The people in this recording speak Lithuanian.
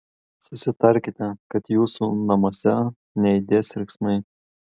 susitarkite kad jūsų namuose neaidės riksmai